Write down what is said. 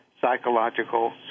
psychological